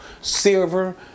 silver